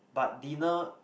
but dinner